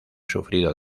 sufrido